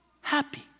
happy